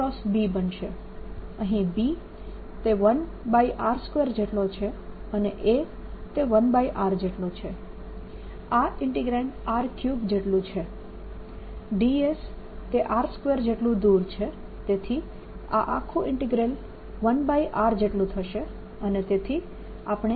અહીં B એ 1r2 જેટલો છે અને A એ 1r જેટલો છે આ ઇન્ટીગ્રાન્ડ 1r3 જેટલું છે ds એ r2 જેટલું દૂર છે તેથી આ આખું ઇન્ટીગ્રલ 1r જેટલું થશે અને તેથી આપણે આને 0 લખી શકીએ